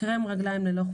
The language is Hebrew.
קרם רגליים ללא..